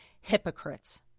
hypocrites